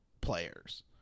players